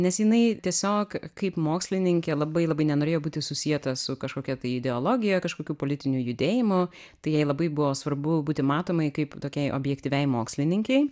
nes jinai tiesiog kaip mokslininkė labai labai nenorėjo būti susieta su kažkokia tai ideologija kažkokiu politiniu judėjimu tai jai labai buvo svarbu būti matomai kaip tokiai objektyviai mokslininkei